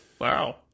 wow